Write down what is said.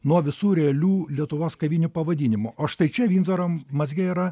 nuo visų realių lietuvos kavinių pavadinimų o štai čia vindzoro mazge yra